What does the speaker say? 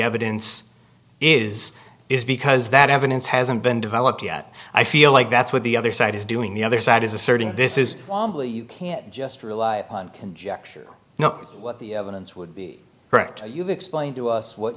evidence is is because that evidence hasn't been developed yet i feel like that's what the other side is doing the other side is asserting this is a you can't just rely on conjecture you know what the evidence would be correct you've explained to us what